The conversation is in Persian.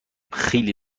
خیلی